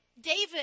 David